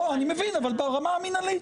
לא אני מבין אבל ברמה המנהלית,